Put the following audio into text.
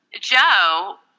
Joe